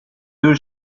deux